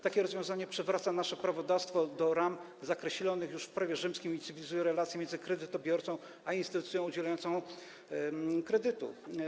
Takie rozwiązanie przywraca nasze prawodawstwo do ram zakreślonych już w prawie rzymskim i cywilizuje relacje między kredytobiorcą a instytucją udzielającą kredytu.